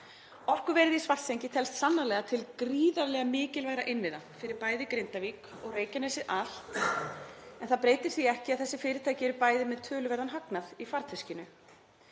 Orkuverð í Svartsengi telst sannarlega til gríðarlega mikilvægra innviða fyrir bæði Grindavík og Reykjanesið allt. En það breytir því ekki að þessi fyrirtæki eru bæði með töluverðan hagnað í farteskinu.